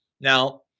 Now